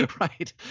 Right